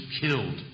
killed